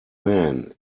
man